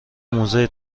موزه